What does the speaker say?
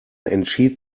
entschied